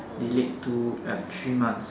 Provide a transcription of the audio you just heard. delayed two err three months